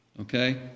Okay